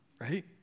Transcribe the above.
Right